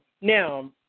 now